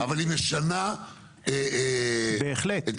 אבל היא משנה את ההגדרות?